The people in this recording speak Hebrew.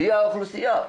שהיא האוכלוסייה,